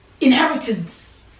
inheritance